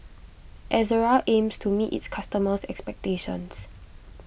Ezerra aims to meet its customers' expectations